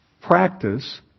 practice